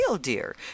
dear